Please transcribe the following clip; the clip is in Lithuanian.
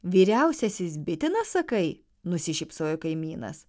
vyriausiasis bitinas sakai nusišypsojo kaimynas